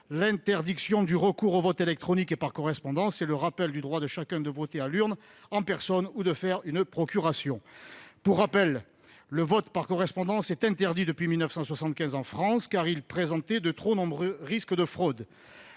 l'interdiction du recours au vote électronique et par correspondance, troisièmement, le rappel du droit de chacun de voter à l'urne en personne ou de faire une procuration. Pour rappel, le vote par correspondance est interdit en France depuis 1975, car il présente de trop nombreux risques de fraude.